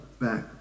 back